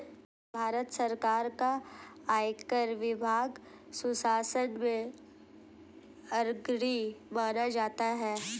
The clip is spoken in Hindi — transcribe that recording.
भारत सरकार का आयकर विभाग सुशासन में अग्रणी माना जाता है